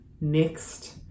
mixed